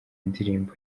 indirimbo